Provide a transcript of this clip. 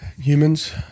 humans